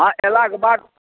हँ एलाक बाद